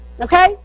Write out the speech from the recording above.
okay